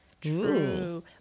True